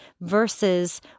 versus